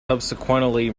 subsequently